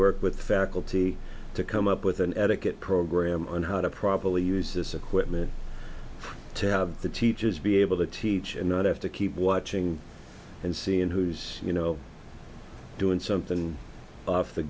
work with faculty to come up with an etiquette program on how to properly use this equipment to have the teachers be able to teach and not have to keep watching and seeing who's you know doing something off the